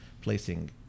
placing